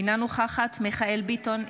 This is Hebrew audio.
אינה נוכחת מיכאל מרדכי ביטון,